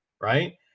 right